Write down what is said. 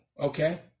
okay